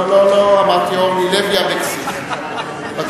אנחנו בטוחים שחברת הכנסת אורלי לוי אבקסיס תלך